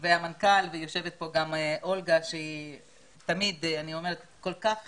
המנכ"ל, ויושבת גם אולגה הם תמיד כל כך